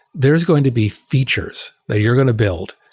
there's going to be features that you're going to build,